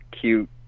cute